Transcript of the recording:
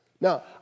Now